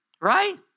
Right